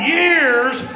years